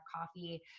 coffee